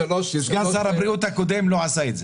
סגן שר הבריאות הקודם לא עשה את זה.